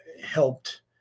helped